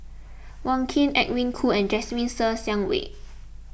Wong Keen Edwin Koo and Jasmine Ser Xiang Wei